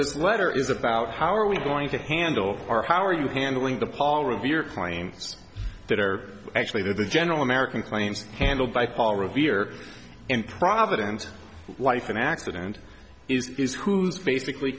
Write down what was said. this letter is about how are we going to handle our how are you handling the paul revere claims that are actually the general american claims handled by paul revere in providence life an accident is is who's basically